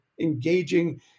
engaging